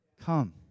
Come